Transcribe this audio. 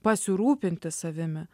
pasirūpinti savimi